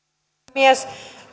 puhemies